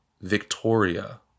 Victoria